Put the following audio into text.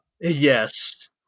yes